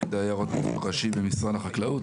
פקיד היערות הראשי במשרד החקלאות.